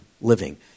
living